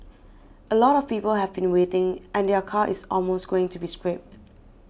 a lot of people have been waiting and their car is almost going to be scrapped